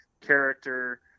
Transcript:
character